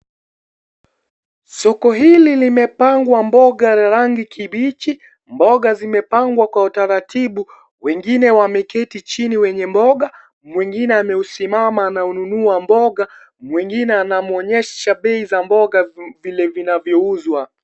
Soko hili limepangwa mboga za rangi kimbichi. Mboga zimepangwa kwa utaratibu, wengine wameketi chini wenye mboga, mwingine amesimama ananunua mboga mwingine anamuonyesha bei ya mboga vile zinazouzwa.